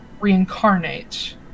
reincarnate